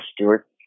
Stewart